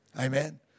Amen